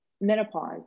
menopause